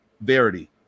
Verity